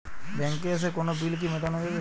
ব্যাংকে এসে কোনো বিল কি মেটানো যাবে?